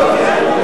אין הצבעה?